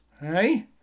hey